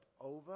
over